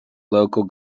local